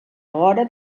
vora